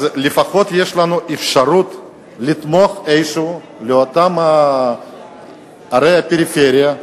אז לפחות יש לנו אפשרות לתמוך איכשהו באותן ערי הפריפריה,